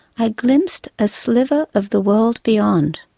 i glimpsed a sliver of the world beyond,